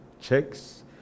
checks